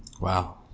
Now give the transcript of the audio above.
Wow